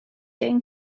going